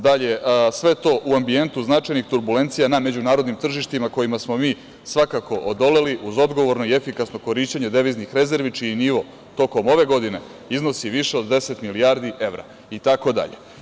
Dalje, sve to u ambijentu značajnih turbulencija na međunarodnim tržištima na kojima smo mi svakako odoleli uz odgovorno i efikasno korišćenje deviznih rezervi, čiji nivo tokom ove godine iznosi više od 10 milijardi evra i tako dalje.